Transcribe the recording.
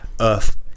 Earth